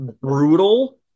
brutal